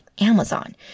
Amazon